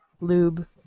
Lube